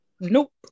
Nope